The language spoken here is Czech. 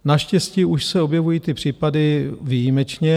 Naštěstí už se objevují tyto případy výjimečně.